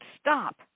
stop